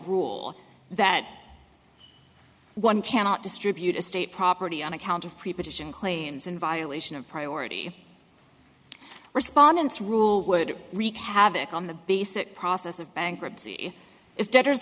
rule that one cannot distribute a state property on account of preposition claims in violation of priority respondants rule would wreak havoc on the basic process of bankruptcy if debtors